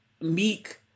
meek